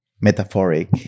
metaphoric